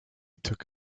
took